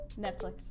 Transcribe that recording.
Netflix